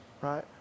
Right